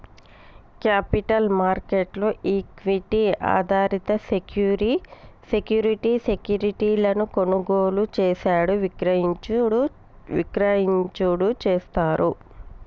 capital market లో equity ఆధారిత సెక్యూరి సెక్యూరిటీ సెక్యూరిటీలను కొనుగోలు చేసేడు విక్రయించుడు చేస్తారు